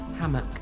Hammock